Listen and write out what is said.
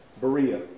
Berea